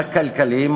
הכלכליים,